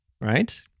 Right